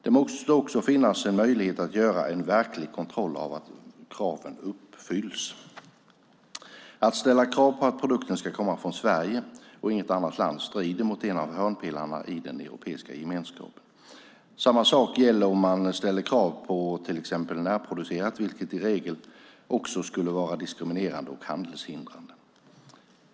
Det måste också finnas en möjlighet att göra en verklig kontroll av att kraven uppfylls. Att ställa krav på att produkten ska komma från Sverige och inget annat land strider mot en av hörnpelarna i den europeiska gemenskapen. Samma sak gäller om man ställer krav på till exempel närproducerat, vilket i regel också skulle vara diskriminerande och handelshindrande.